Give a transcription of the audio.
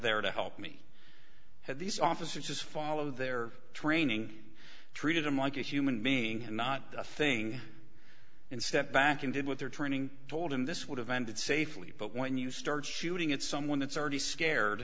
there to help me have these officers follow their training treated them like a human being and not a thing and step back and did what their training told him this would have ended safely but when you start shooting at someone that's already scared